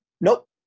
nope